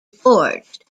forged